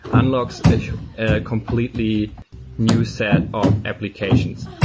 unlocks a completely new set of applications,